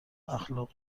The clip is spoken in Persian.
اخلاق